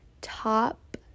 top